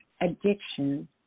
addiction